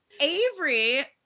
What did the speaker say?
Avery